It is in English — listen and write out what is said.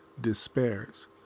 despairs